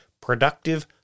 Productive